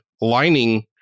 lining